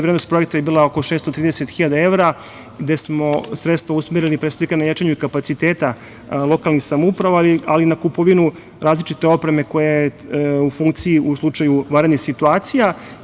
Vrednost projekta je bila oko 630 hiljada evra, gde smo sredstva usmerili, pre svega na jačanju kapaciteta lokalnih samouprava, ali i na kupovinu različite opreme koja je u funkciji, u slučaju vanrednih situacija.